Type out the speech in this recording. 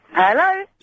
Hello